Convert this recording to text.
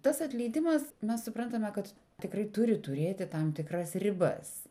tas atleidimas mes suprantame kad tikrai turi turėti tam tikras ribas